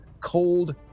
cold